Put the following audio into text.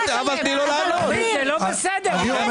זה לא בסדר --- אורית,